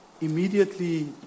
immediately